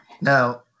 now